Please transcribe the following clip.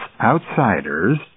outsiders